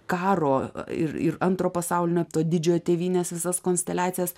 karo ir ir antro pasaulinio to didžiojo tėvynės visas konsteliacijas